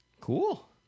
Cool